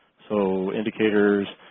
so indicators